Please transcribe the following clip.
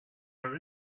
our